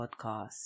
podcast